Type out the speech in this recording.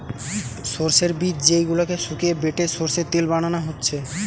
সোর্সের বীজ যেই গুলাকে শুকিয়ে বেটে সোর্সের তেল বানানা হচ্ছে